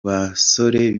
basore